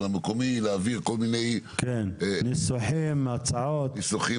המקומי להעביר כל מיני ניסוחים והצעות,